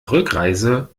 rückreise